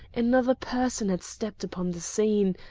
another person had stepped upon the scene,